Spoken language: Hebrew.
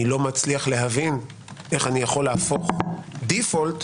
אני לא מצליח להבין איך אני יכול להפוך דיפולט.